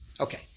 Okay